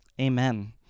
Amen